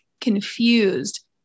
confused